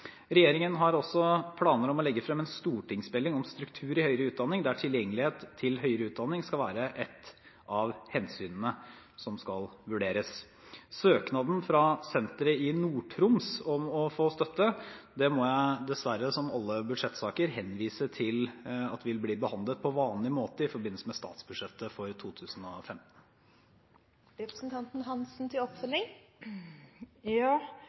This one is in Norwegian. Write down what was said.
Regjeringen har planer om å legge frem en stortingsmelding om struktur i høyere utdanning, der tilgjengelighet til høyere utdanning skal være et av hensynene som skal vurderes. Når det gjelder søknaden fra senteret i Nord-Troms om å få støtte, må jeg dessverre henvise til at den – som alle budsjettsaker – vil bli behandlet på vanlig måte i forbindelse med statsbudsjettet for 2015.